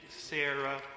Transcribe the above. Sarah